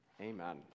Amen